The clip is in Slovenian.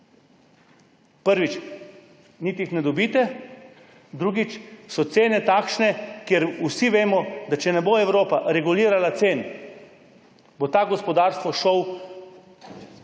Prvič, niti jih ne dobite, drugič, cene so takšne, ker vsi vemo, da če ne bo Evropa regulirala cen, bo to gospodarstvo šlo,